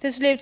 Till slut